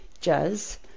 jazz